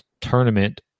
tournament